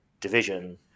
division